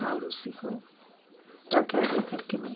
और उसी को टाकिया देकर के मैं